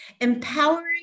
Empowering